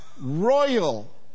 royal